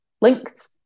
linked